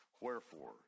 Wherefore